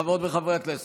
חברות וחברי הכנסת,